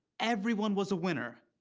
everyone was a winner.